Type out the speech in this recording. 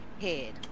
head